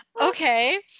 Okay